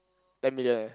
ten million eh